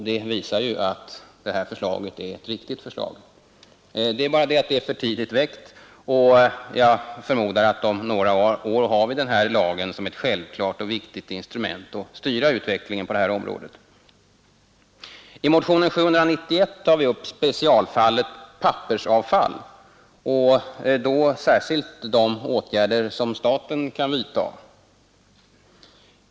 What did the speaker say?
Det visar ju att det här förslaget är ett riktigt förslag — det är bara det att det är för tidigt väckt — och jag förmodar att om några år har vi den här lagen som ett självklart och viktigt instrument för att styra utvecklingen på området. I motionen 791 tar vi upp specialfallet pappersavfall och då särskilt de åtgärder som staten kan vidta.